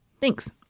Thanks